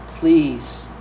Please